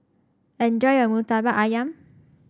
enjoy your murtabak ayam